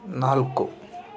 ನಾಲ್ಕು